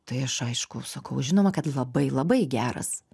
tai aš aišku sakau žinoma kad labai labai geras